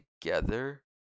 together